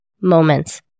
moments